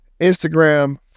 Instagram